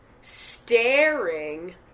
staring